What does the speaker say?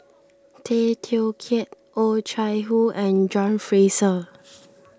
Tay Teow Kiat Oh Chai Hoo and John Fraser